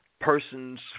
persons